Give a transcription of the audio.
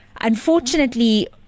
unfortunately